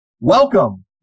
Welcome